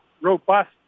robust